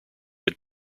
had